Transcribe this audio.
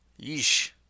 yeesh